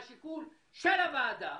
גם הוועדה